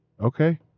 Okay